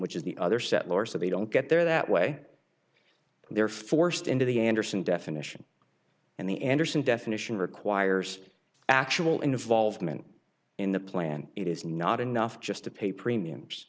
which is the other settlers so they don't get there that way they're forced into the anderson definition and the anderson definition requires actual involvement in the plan it is not enough just to pay premiums